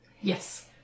Yes